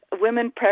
women